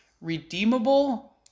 redeemable